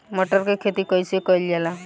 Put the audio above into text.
मटर के खेती कइसे कइल जाला?